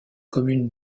communes